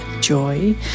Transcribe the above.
joy